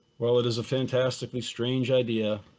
well, it is a fantastically strange idea.